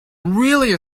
really